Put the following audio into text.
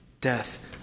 death